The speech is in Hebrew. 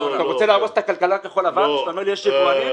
אתה רוצה להרוס את הכלכלה כחול לבן שאתה אומר "יש יבואנים"?